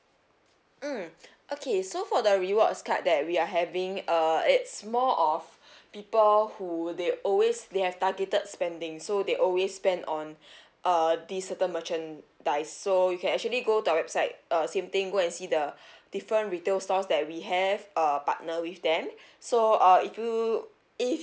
mm okay so for the rewards card that we are having uh it's more of people who they always they have targeted spending so they always spend on uh these certain merchandise so you can actually go to our website uh same thing go and see the different retail stores that we have uh partner with them so uh if you if